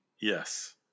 Yes